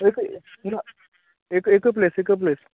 एक ना एक एक प्लेस एक प्लेस